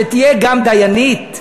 ושתהיה גם דיינית.